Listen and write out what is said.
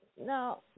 Now